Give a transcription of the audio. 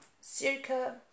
Circa